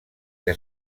que